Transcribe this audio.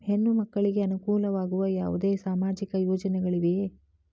ಹೆಣ್ಣು ಮಕ್ಕಳಿಗೆ ಅನುಕೂಲವಾಗುವ ಯಾವುದೇ ಸಾಮಾಜಿಕ ಯೋಜನೆಗಳಿವೆಯೇ?